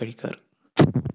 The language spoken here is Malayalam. കഴിക്കാറ്